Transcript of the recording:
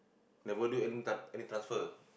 never do any tr~ any transfer